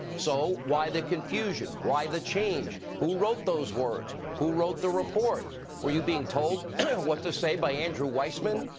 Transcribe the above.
so why the confusion, why the change? who wrote those words? who wrote the report? were you being told what to say by andrew weissmann,